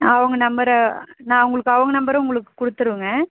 அவங்க நம்பரு நான் உங்களுக்கு அவங்க நம்பரும் உங்களுக்கு கொடுத்துருவேங்க